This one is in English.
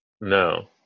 No